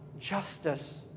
justice